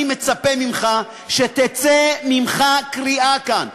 אני מצפה ממך שתצא ממך קריאה כאן.